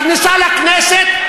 בכניסה לכנסת,